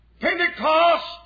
Pentecost